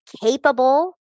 capable